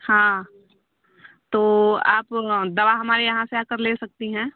हाँ तो आप दवा हमारे यहाँ से आकर ले सकती हैं